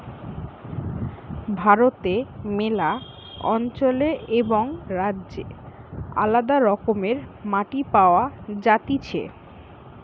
ভারতে ম্যালা অঞ্চলে এবং রাজ্যে আলদা রকমের মাটি পাওয়া যাতিছে